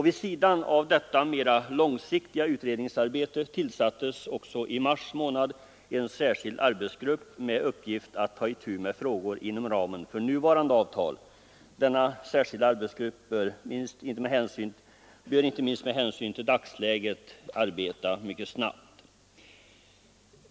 Vid sidan av detta mera långsiktiga utredningsarbete fick också i mars månad en särskild arbetsgrupp till uppgift att ta itu med frågor inom ramen för nuvarande avtal. Denna särskilda arbetsgrupp bör inte minst med hänsyn till dagsläget arbeta mycket snabbt.